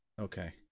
Okay